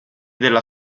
della